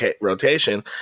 rotation